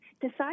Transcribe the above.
decide